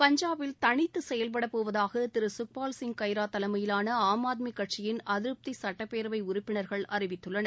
பஞ்சாபில் தனித்து செயல்படப்போவதாக திரு சுக்பால் சிங் கைரா தலைமையிலான ஆம் ஆத்மி கட்சியின் அதிருப்தி சட்டப்பேரவை உறுப்பினர்கள் அறிவித்துள்ளனர்